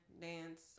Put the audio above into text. dance